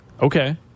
Okay